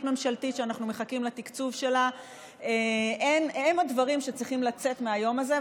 ממשלתית שאנחנו מחכים לתקצוב שלה הם הדברים שצריכים לצאת מהיום הזה.